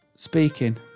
Speaking